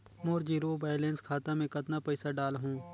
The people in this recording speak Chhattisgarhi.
मोर जीरो बैलेंस खाता मे कतना पइसा डाल हूं?